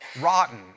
rotten